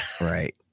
Right